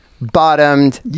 bottomed